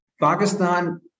Pakistan